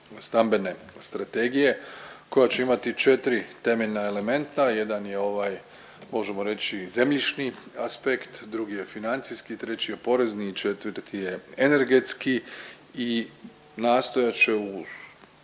stambene strategije koja će imati 4 temeljna elementa. Jedan je ovaj, možemo reći, zemljišni aspekt, drugi je financijski, treći je porezni i četvrti je energetski i nastojat će u